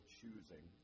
choosing